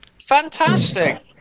Fantastic